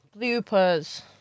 Bloopers